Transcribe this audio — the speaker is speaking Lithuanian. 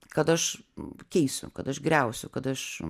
kad aš keisiu kad aš griausiu kad aš